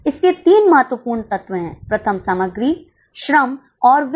इसके तीन महत्वपूर्ण तत्व हैं प्रथम सामग्री श्रम और व्यय